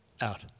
out